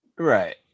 right